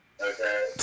Okay